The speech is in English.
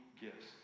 gifts